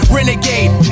Renegade